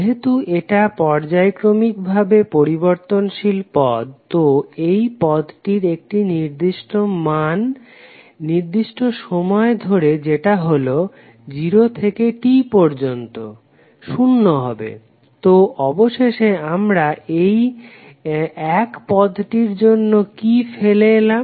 যেহেতু এটা পর্যায়ক্রমিক ভাবে পরিবর্তনশীল পদ তো এই পদটির একটি মান নির্দিষ্ট সময় ধরে যেটা হলো O থেকে T পর্যন্ত শূন্য হবে তো অবশেষে আমরা এই 1 পদটির জন্য কি ফেলে এলাম